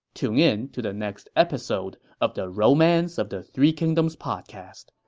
tune in to the next episode of the romance of the three kingdoms podcast.